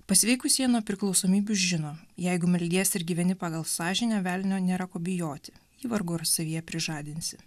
pasveikusieji nuo priklausomybių žino jeigu meldiesi ir gyveni pagal sąžinę velnio nėra ko bijoti vargu ar savyje prižadinsi